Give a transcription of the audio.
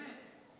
באמת?